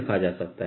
लिखा जा सकता है